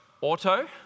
Auto